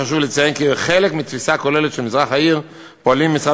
חשוב לציין כי כחלק מתפיסה כוללת על מזרח העיר פועלים משרד